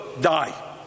die